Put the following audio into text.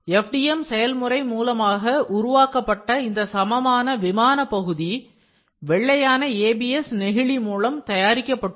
FDM செயல்முறை மூலமாக உருவாக்கப்பட்ட இந்த சமமான விமானபகுதி வெள்ளையான ABS நெகிழி மூலம் தயாரிக்கப்பட்டுள்ளது